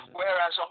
whereas